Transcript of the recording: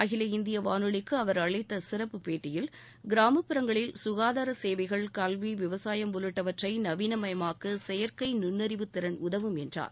அகில இந்திய வானொலிக்கு அவர் அளித்த சிறப்பு பேட்டியில் கிராமப்புறங்களில் சுகாதார சேவைகள் கல்வி விவசாயம் உள்ளிட்டவற்றை நவீனமயமாக்க செயற்கை நுண்ணறிவு திறன் உதவும் என்றார்